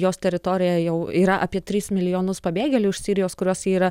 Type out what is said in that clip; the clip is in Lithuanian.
jos teritorijoj jau yra apie tris milijonus pabėgėlių iš sirijos kuriuos yra